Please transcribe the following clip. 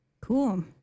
Cool